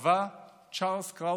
קבע צ'ארלס קראוטהאמר.